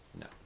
No